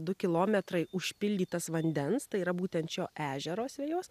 du kilometrai užpildytas vandens tai yra būtent šio ežero asvejos